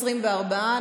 24,